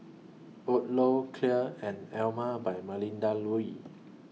Odlo Clear and Emel By Melinda Looi